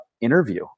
interview